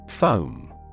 Foam